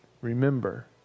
remember